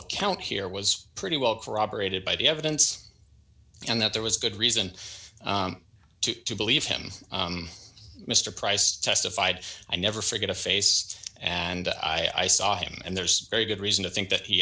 account here was pretty well corroborated by the evidence and that there was good reason to believe him mr price testified i never forget a face and i saw him and there's very good reason to think that he